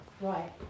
Right